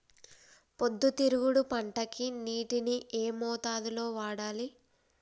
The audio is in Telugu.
పొద్దుతిరుగుడు పంటకి నీటిని ఏ మోతాదు లో వాడాలి?